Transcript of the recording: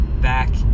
back